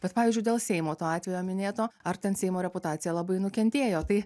bet pavyzdžiui dėl seimo to atvejo minėto ar ten seimo reputacija labai nukentėjo tai